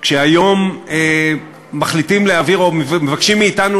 כשהיום מחליטים להעביר או מבקשים מאתנו